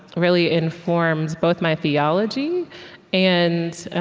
really informed both my theology and